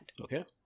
Okay